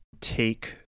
take